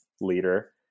leader